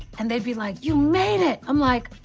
and they'd be like, you made it. i'm like,